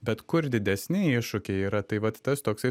bet kur didesni iššūkiai yra tai vat tas toksai